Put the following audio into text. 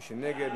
מי נגד,